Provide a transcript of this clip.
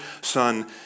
Son